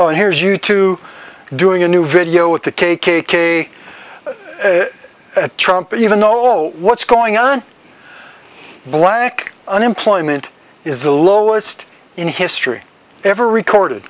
and here's you two doing a new video with the k k k trump even know what's going on black unemployment is the lowest in history ever recorded